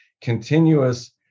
continuous